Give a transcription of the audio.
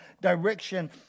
direction